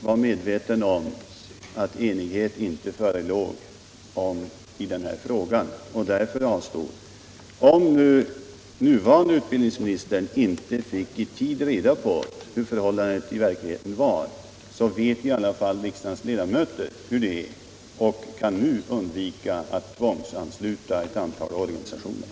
var medveten om att enighet inte förelåg i den här frågan. Även om nuvarande utbildningsministern inte i tid fick reda på hur förhållandet i verkligheten var, så vet i alla fall riksdagens ledamöter hur det är och kan nu undvika att tvångsansluta ett antal organisationer.